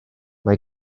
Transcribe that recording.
mae